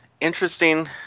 interesting